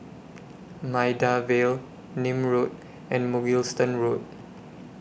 Maida Vale Nim Road and Mugliston Road